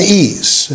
ease